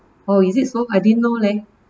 oh is it so I didn't know leh